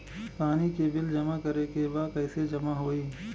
पानी के बिल जमा करे के बा कैसे जमा होई?